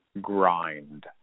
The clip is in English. grind